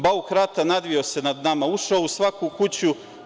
Bauk rata nadvio se nad nama, ušao u svaku kuću.